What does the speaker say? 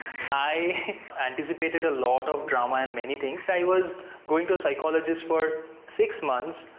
i anticipated a lot of drama and many things i was going to a psychologist for six months,